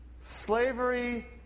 Slavery